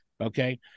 Okay